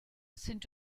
sind